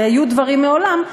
והיו דברים מעולם,